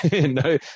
no